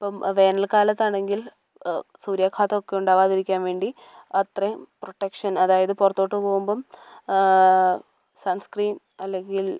ഇപ്പം വേനൽക്കാലത്ത് ആണെങ്കിൽ സൂര്യാഘാതം ഒക്കെ ഉണ്ടാകാതിരിക്കാൻ വേണ്ടി അത്രയും പ്രൊട്ടക്ഷൻ അതായത് പുറത്തോട്ട് പോവുമ്പം സൺസ്ക്രീൻ അല്ലെങ്കിൽ